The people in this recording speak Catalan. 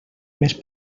més